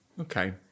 Okay